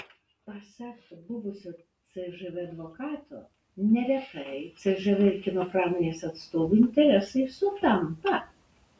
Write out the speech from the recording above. pasak buvusio cžv advokato neretai cžv ir kino pramonės atstovų interesai sutampa